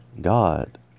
God